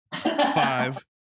Five